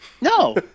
No